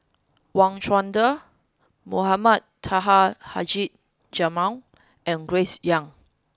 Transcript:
Wang Chunde Mohamed Taha Haji Jamil and Grace Young